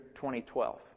2012